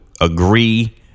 agree